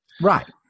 Right